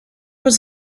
was